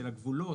של הגבולות,